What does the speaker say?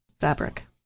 fabric